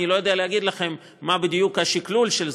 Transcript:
אני לא יודע להגיד לכם מה בדיוק השקלול של זה,